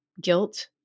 guilt